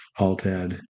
Altad